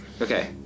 Okay